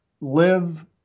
live